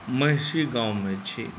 महिषी गाममे छी